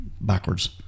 backwards